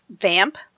Vamp